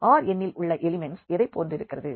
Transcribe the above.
R n ல் உள்ள elements எதைப் போன்றிருக்கிறது